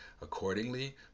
accordingly